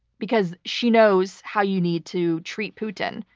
because she knows how you need to treat putin.